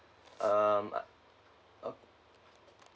um uh oh